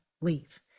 leave